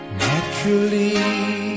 naturally